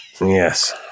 Yes